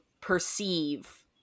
perceive